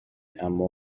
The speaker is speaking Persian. اما